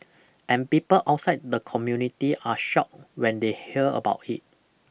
and people outside the community are shocked when they hear about it